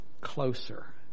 closer